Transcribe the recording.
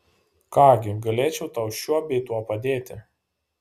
ką gi galėčiau tau šiuo bei tuo padėti